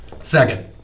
Second